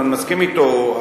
ואני מסכים אתו,